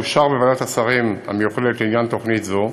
אושר בוועדת השרים המיוחדת לעניין תוכנית זו,